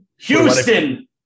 Houston